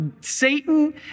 Satan